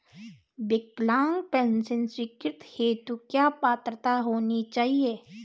विकलांग पेंशन स्वीकृति हेतु क्या पात्रता होनी चाहिये?